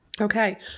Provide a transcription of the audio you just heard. Okay